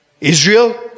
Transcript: israel